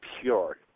pure